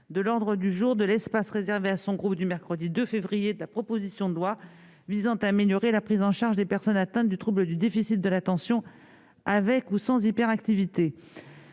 de l'ordre du jour de l'espace réservé à son groupe du mercredi 2 février de la proposition de loi visant à améliorer la prise en charge des personnes atteintes du trouble du déficit de l'attention avec ou sans hyperactivité.